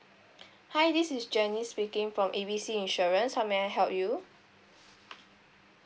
hi this is jenny speaking from A B C insurance how may I help you